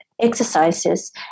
exercises